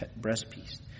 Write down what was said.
breastpiece